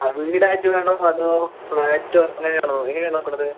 ആ വീടായിട്ട് വേണോ അതോ ഫ്ലാറ്റോ അങ്ങനെയാണോ എങ്ങനെയാണ് നോക്കുന്നത്